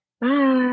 Bye